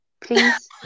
please